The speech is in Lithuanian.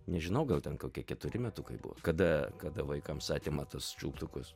nežinau gal ten kokie keturi metukai buvo kada kada vaikams atima tas čiulptukus